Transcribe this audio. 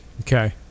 Okay